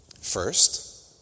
First